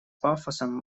пафосом